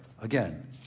again